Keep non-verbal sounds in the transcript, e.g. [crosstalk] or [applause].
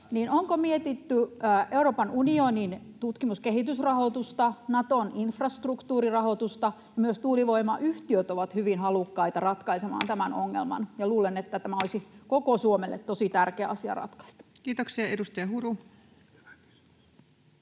Onko mietitty Euroopan unionin tutkimus- ja kehitysrahoitusta ja Naton infrastruktuurirahoitusta? Myös tuulivoimayhtiöt ovat hyvin halukkaita ratkaisemaan tämän ongelman, [noise] ja luulen, että tämä olisi koko Suomelle tosi tärkeä asia ratkaista. Kiitoksia. — Edustaja Huru.